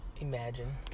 imagine